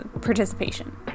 participation